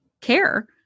care